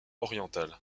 oriental